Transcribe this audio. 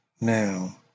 now